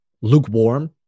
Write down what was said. lukewarm